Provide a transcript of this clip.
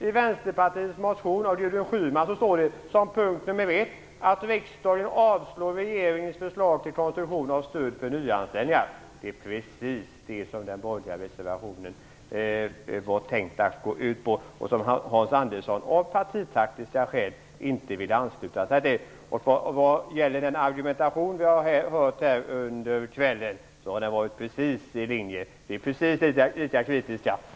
I Vänsterpartiets motion av Gudrun Schyman står det som punkt ett att riksdagen avslår regeringens förslag till konstruktion av stöd för nyanställningar. Det är precis det som den borgerliga reservationen är tänkt att gå ut på och som Hans Andersson av partitaktiska skäl inte ville ansluta sig till. Den argumentation vi har hört här under kvällen har gått på precis samma linje. Vi är precis lika kritiska.